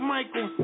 Michael